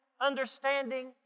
understanding